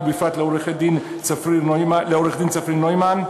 ובפרט לעורך-דין צפריר נוימן,